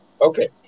Okay